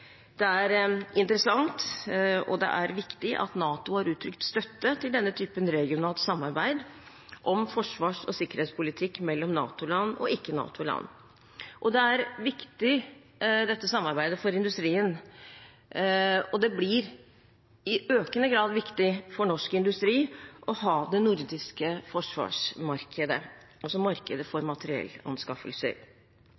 Det er interessant og viktig at NATO har uttrykt støtte til denne typen regionalt samarbeid om forsvars- og sikkerhetspolitikk mellom NATO-land og ikke-NATO-land. Dette samarbeidet er viktig for industrien, og det blir i økende grad viktig for norsk industri å ha det nordiske forsvarsmarkedet – markedet for